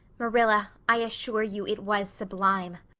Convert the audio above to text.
marilla, i assure you it was sublime.